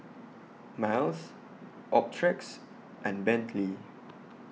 Miles Optrex and Bentley